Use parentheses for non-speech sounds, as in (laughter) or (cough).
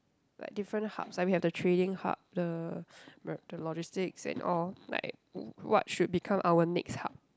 like different hubs like we have the trading hub the (breath) the logistics and all like w~ what should become our next hub